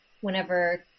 Whenever